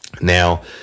Now